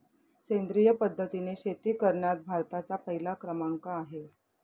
सेंद्रिय पद्धतीने शेती करण्यात भारताचा पहिला क्रमांक आहे